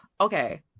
Okay